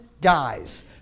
guys